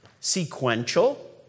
sequential